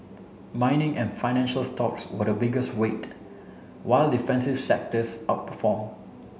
mining and financial stocks were the biggest weight while defensive sectors outperform